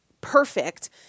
perfect